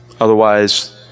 otherwise